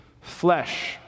flesh